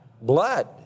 Blood